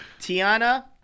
Tiana